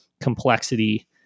complexity